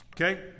okay